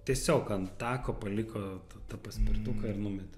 tiesiog ant tako paliko tą paspirtuką ir numetė